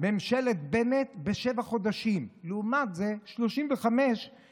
ובשים לב לכך שלא עברו שישה חודשים מיום החלטת